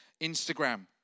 Instagram